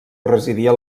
residia